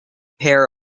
pair